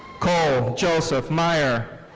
cole joseph meyer.